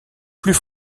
plus